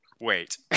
wait